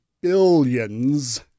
billions